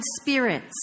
spirits